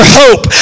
hope